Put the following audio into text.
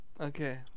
Okay